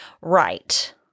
Right